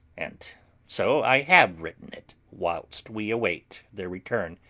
and so i have written it whilst we wait their return,